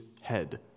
head